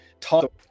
talk